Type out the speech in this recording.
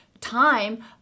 time